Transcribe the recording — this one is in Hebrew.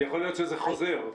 יכול להיות שזה חוזר.